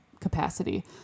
capacity